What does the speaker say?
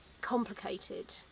complicated